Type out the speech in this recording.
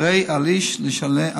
הרי על האיש לשלם,